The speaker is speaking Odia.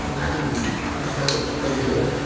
ଏମିତିକି ଆପଣ ଦେଖିପାରିବେ